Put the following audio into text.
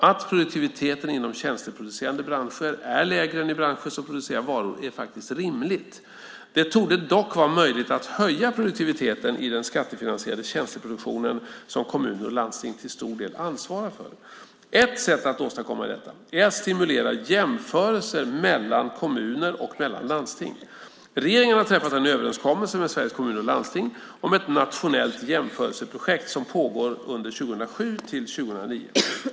Att produktiviteten inom tjänsteproducerande branscher är lägre än i branscher som producerar varor är rimligt. Det torde dock vara möjligt att höja produktiviteten i den skattefinansierade tjänsteproduktionen, som kommuner och landsting till stor del ansvarar för. Ett sätt att åstadkomma detta är att stimulera jämförelser mellan kommuner och mellan landsting. Regeringen har träffat en överenskommelse med Sveriges Kommuner och Landsting om ett nationellt jämförelseprojekt som pågår under 2007-2009.